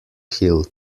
hill